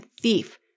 thief